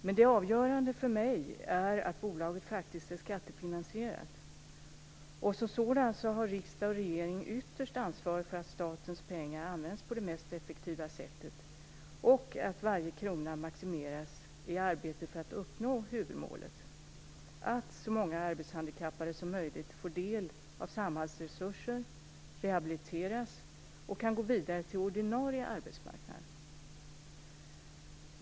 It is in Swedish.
Men det avgörande för mig är att bolaget faktiskt är skattefinansierat, och därför har riksdag och regering ytterst ansvaret för att statens pengar används på det mest effektiva sättet och att varje krona maximeras i arbetet för att uppnå huvudmålet - att så många arbetshandikappade som möjligt får del av Samhalls resurser, rehabiliteras och kan gå vidare till ordinarie arbetsmarknad.